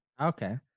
Okay